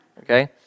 Okay